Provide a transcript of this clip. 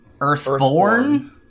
Earthborn